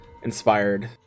Inspired